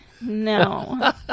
No